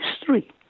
history